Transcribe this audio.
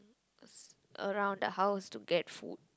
around the house to get food